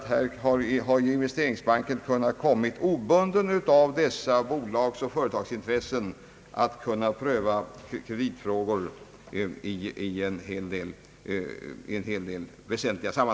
Vi har ansett det vara en fördel att Investeringsbanken kan uppträda obunden av dessa bolags och företags intressen då det gäller att pröva viktiga kreditfrågor.